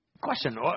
Question